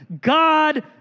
God